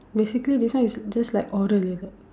basically this one is just like oral like that